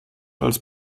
als